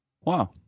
Wow